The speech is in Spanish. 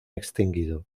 extinguido